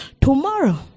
tomorrow